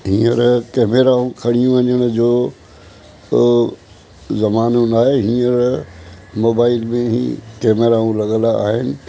हींअर कैमेराऊं खणी वञण जो ज़मानो नाहे हींअर मोबाइल में ही कैमेराऊं लॻलि आहिनि